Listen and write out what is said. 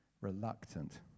reluctant